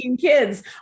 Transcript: kids